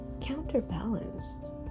counterbalanced